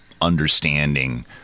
understanding